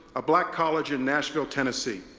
a black college in nashville, tennessee.